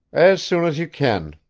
as soon as you can.